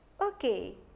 okay